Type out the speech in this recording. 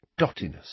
dottiness